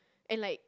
and like